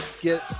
get